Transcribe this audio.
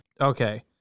Okay